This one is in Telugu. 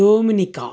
డోమ్నికా